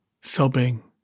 sobbing